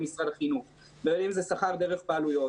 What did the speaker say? משרד החינוך ובין אם שכר דרך בעלויות,